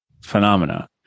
phenomena